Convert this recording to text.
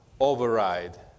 override